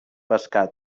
pescar